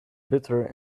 bitter